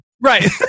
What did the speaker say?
Right